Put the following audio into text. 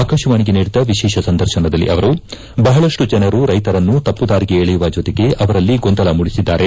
ಆಕಾಶವಾಣಿಗೆ ನೀಡಿದ ವಿಶೇಷ ಸಂದರ್ಶನದಲ್ಲಿ ಅವರು ಬಹಳಷ್ಟು ಜನರು ರೈತರನ್ನು ತಪ್ಪದಾರಿಗೆ ಎಳೆಯುವ ಜೊತೆಗೆ ಅವರಲ್ಲಿ ಗೊಂದಲ ಮೂಡಿಸಿದ್ದಾರೆ